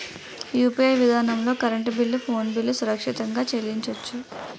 UPI విధానంలో current bill phone bill సురక్షితంగా చెల్లించొచ్చు